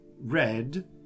red